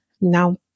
Now